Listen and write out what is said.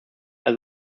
also